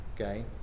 okay